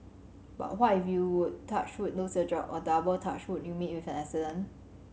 but what if you touch wood lose your job or double touch wood you meet with an accident